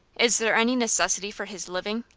is there any necessity for his living?